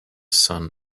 sun